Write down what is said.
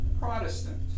Protestant